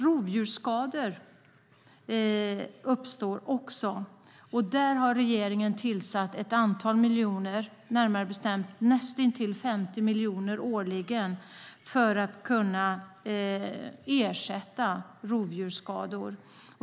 Rovdjursskador uppstår också, och regeringen har anslagit nästan 50 miljoner årligen för att ersätta rovdjursskador.